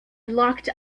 locked